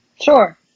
Sure